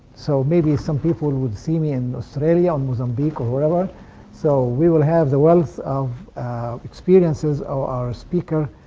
so maybe some people would see me in australia, ah mozambique or wherever so we will have the wealth of experiences of our ah speaker,